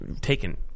taken